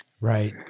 Right